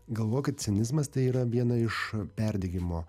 galvokit cinizmas tai yra viena iš perdegimo